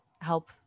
help